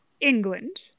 England